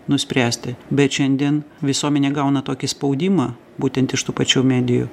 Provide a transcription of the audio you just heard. nuspręsti bet šiandien visuomenė gauna tokį spaudimą būtent iš tų pačių medijų